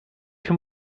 too